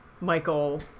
Michael